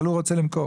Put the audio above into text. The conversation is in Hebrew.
אבל הוא רוצה למכור.